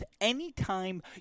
Anytime